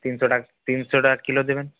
তিনশো তিনশো টাকা কিলো দেবেন